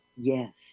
yes